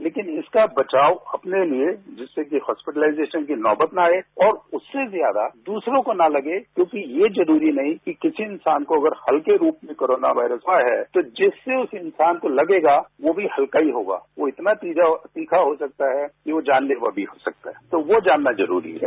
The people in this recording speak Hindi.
लेकिन इसका वचाव अपने लिए जिससे होस्पिटलाइजेशन की नौवत न आए और उससे ज्यादा दूसरों को न लगे क्योंकि ये जरूरी नहीं कि किसी इंसान को हत्के रूप में कोरोना वायरस हआ है जिससे उस इंसान को लगेगा वो भी हत्का ही होगा वो इतना तीखा हो सकता कि यो जानलेवा भी हो सकता है तो वो जानना जरूरी है